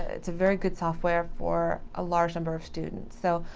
it's a very good software for a large number of students. so,